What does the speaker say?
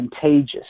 contagious